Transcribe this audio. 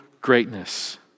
greatness